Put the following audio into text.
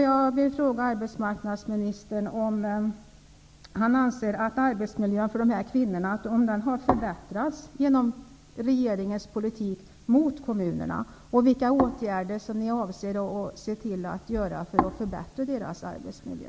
Jag vill fråga arbetsmarknadsministern om han anser att arbetsmiljön för dessa kvinnor har förbättrats genom regeringens politik mot kommunerna och vilka åtgärder som regeringen avser att vidta för att förbättra deras arbetsmiljö.